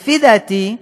לפי דעתי,